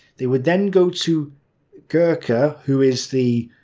they would then go to gercke who is the